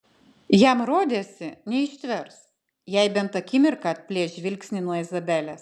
jam rodėsi neištvers jei bent akimirką atplėš žvilgsnį nuo izabelės